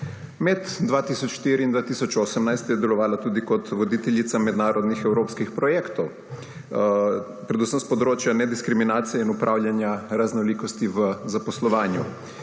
Med 2004 in 2018 je delovala tudi kot voditeljica mednarodnih evropskih projektov, predvsem s področja nediskriminacije in upravljanja raznolikosti v zaposlovanju.